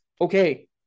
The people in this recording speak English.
Okay